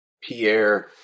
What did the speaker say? Pierre